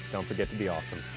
don't forget to be awesome.